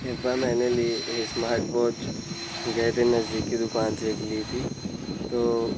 एक बार मैंने ली ये स्मार्टवाच गए थे नज़दीकि दुकान से एक ली थी तो